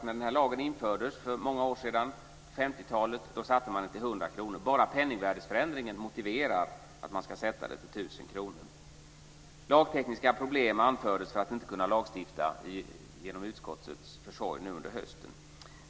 När den här lagen infördes för många år sedan, på 50-talet, satte man beloppet till 100 kr. Bara penningvärdesförändringen motiverar att man ska sätta beloppet till 1 000 kr. Lagtekniska problem anfördes för att inte kunna lagstifta genom utskottets försorg under hösten.